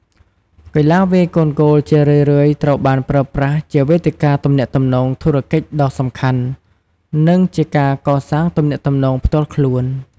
កីឡាវាយកូនហ្គោលជារឿយៗត្រូវបានប្រើប្រាស់ជា វេទិកាទំនាក់ទំនងធុរកិច្ចដ៏សំខាន់ និងជាការកសាងទំនាក់ទំនងផ្ទាល់ខ្លួន។